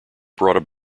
brought